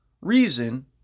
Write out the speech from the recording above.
reason